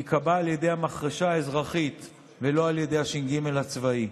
ייקבע על ידי המחרשה האזרחית ולא על ידי הש"ג הצבאי.